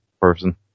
person